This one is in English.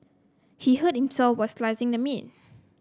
he hurt himself while slicing the meat